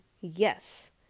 yes